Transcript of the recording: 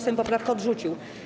Sejm poprawkę odrzucił.